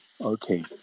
Okay